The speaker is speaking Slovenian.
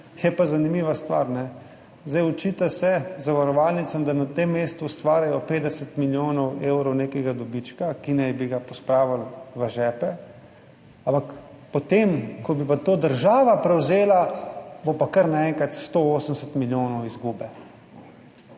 je pa zanimiva stvar, očita se zavarovalnicam, da na tem mestu ustvarjajo 50 milijonov evrov nekega dobička, ki naj bi ga pospravili v žepe, ampak potem ko bi to država prevzela, bo pa kar naenkrat 180 milijonov izgube.